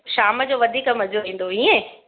शाम जो वधीक मज़ो ईंदो ईअं